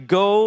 go